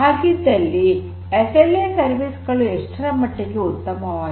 ಹಾಗಿದ್ದಲ್ಲಿ SLA service ಗಳು ಎಷ್ಟರ ಮಟ್ಟಿಗೆ ಉತ್ತಮವಾಗಿವೆ